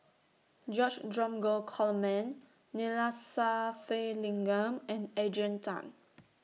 George Dromgold Coleman Neila Sathyalingam and Adrian Tan